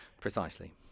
Precisely